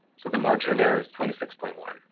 so the margin of error is twenty six point one.